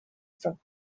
from